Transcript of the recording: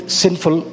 sinful